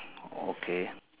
okay